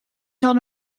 told